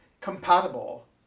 compatible